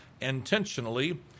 intentionally